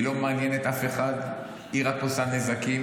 היא לא מעניינת אף אחד, היא רק עושה נזקים.